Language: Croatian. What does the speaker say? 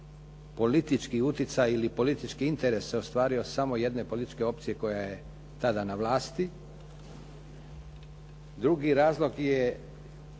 politički utjecaj ili politički interes se ostvario samo jedne političke opcije koja je tada na vlasti. Drugi razlog je